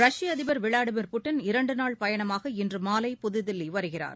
ரஷ்ய அதிபர் திரு விளாடிமிர் புட்டின் இரண்டுநாள் பயணமாக இன்று மாலை புதுதில்லி வருகிறார்